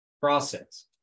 process